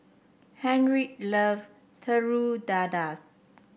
Henriette love Telur Dadah